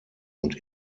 und